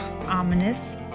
ominous